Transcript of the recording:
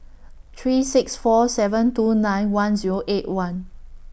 three six four seven two nine one Zero eight one